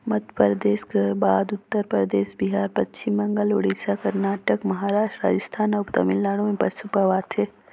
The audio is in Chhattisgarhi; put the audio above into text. मध्यपरदेस कर बाद उत्तर परदेस, बिहार, पच्छिम बंगाल, उड़ीसा, करनाटक, महारास्ट, राजिस्थान अउ तमिलनाडु में पसु पवाथे